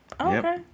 Okay